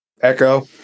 Echo